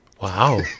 Wow